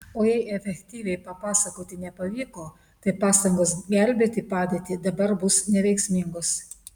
o jei efektyviai papasakoti nepavyko tai pastangos gelbėti padėtį dabar bus neveiksmingos